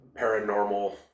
paranormal